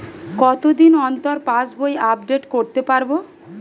কতদিন অন্তর পাশবই আপডেট করতে পারব?